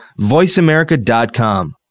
voiceamerica.com